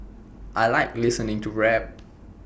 I Like listening to rap